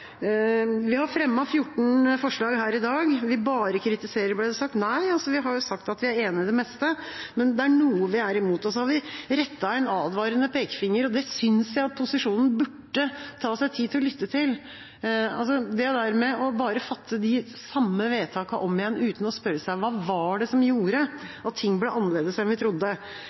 Vi har vært med på å fremme 14 forslag her i dag. Vi bare kritiserer, ble det sagt. Nei, vi har sagt at vi er enig i det meste, men det er noe vi er imot. Så har vi rettet en advarende pekefinger – og dette synes jeg posisjonen burde ta seg tid til å lytte til – mot det med bare å fatte de samme vedtakene om igjen uten å spørre seg hva som gjorde at ting ble annerledes enn man trodde.